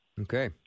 Okay